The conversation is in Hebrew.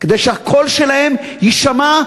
כדי שהקול שלהם יישמע,